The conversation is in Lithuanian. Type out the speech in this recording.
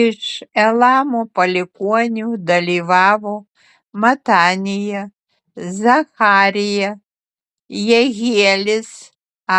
iš elamo palikuonių dalyvavo matanija zacharija jehielis